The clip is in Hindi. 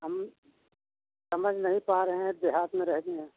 हम समझ नहीं पा रहे हैं देहात में रहते हैं